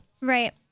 Right